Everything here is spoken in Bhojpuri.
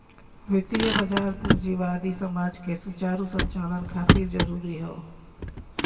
वित्तीय बाजार पूंजीवादी समाज के सुचारू संचालन खातिर जरूरी हौ